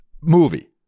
movie